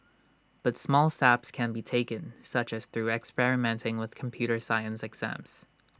but small steps can be taken such as through experimenting with computer science exams